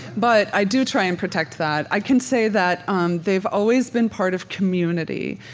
but i do try and protect that. i can say that um they've always been part of community,